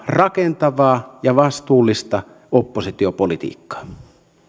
rakentavaa ja vastuullista oppositiopolitiikkaa